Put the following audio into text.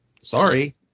Sorry